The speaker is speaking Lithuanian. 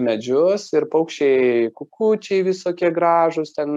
medžius ir paukščiai kukučiai visokie gražūs ten